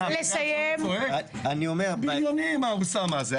בריון האוסמאה הזה.